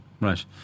Right